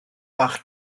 bach